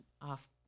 off